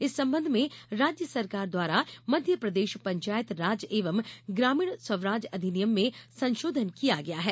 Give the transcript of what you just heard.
इस संबंध में राज्य सरकार द्वारा मध्यप्रदेश पंचायत राज एवं ग्राम स्वराज अधिनियम में संशोधन किया गया है